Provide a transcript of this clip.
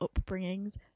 upbringings